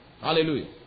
Hallelujah